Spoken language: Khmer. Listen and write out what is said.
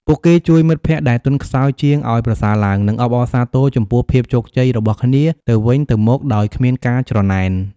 ពួកគេជួយមិត្តភក្តិដែលទន់ខ្សោយជាងឱ្យប្រសើរឡើង និងអបអរសាទរចំពោះភាពជោគជ័យរបស់គ្នាទៅវិញទៅមកដោយគ្មានការច្រណែន។